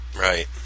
Right